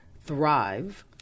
thrive